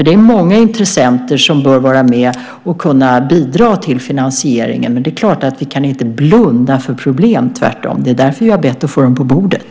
Det är många intressenter som bör kunna vara med och bidra till finansieringen. Det är klart att vi inte kan blunda för problemen, tvärtom. Det är därför som vi har bett att få dem på bordet.